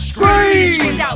Scream